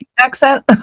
accent